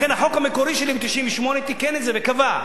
לכן, החוק המקורי שלי ב-1998 תיקן את זה וקבע,